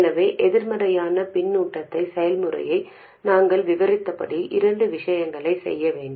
எனவே எதிர்மறையான பின்னூட்டத்தின் செயல்முறையை நாங்கள் விவரித்தபடி இரண்டு விஷயங்களைச் செய்ய வேண்டும்